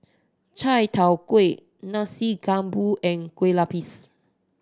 Chai Tow Kuay Nasi Campur and Kueh Lupis